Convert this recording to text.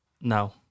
No